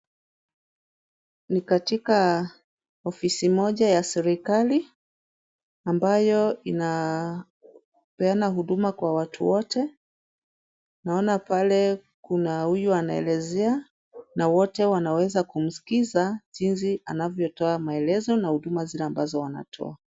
Ni katika ofisi moja ya serikali ambayo inapeana huduma kwa watu wote. Naona pale kuna huyu anaelezea na wote wanaweza kumsikiza jinsi anavyotoa maelezo na huduma zile ambazo wanatoa.